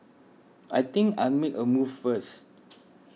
I think I'll make a move first